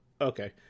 okay